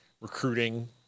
recruiting